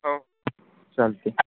हो चालते